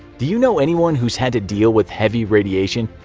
do you know anyone who's had to deal with heavy radiation,